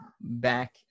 back